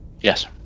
Yes